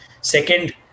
Second